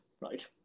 right